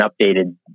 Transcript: updated